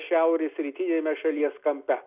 šiaurės rytiniame šalies kampe